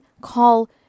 call